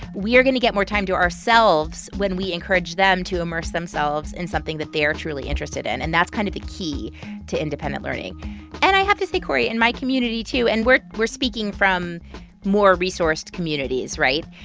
we are going to get more time to ourselves when we encourage them to immerse themselves in something that they're truly interested in. and that's kind of the key to independent learning and i have to say, cory, in my community, too and we're we're speaking from more resourced-communities, right?